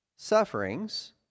Sufferings